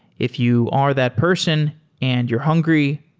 if you are that person and you're hungry,